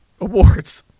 Awards